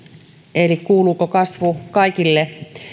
eli kuuluuko kasvu kaikille